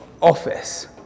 office